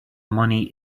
money